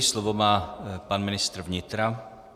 Slovo má pan ministr vnitra.